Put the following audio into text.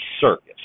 circus